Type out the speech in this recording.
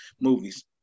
movies